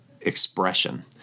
expression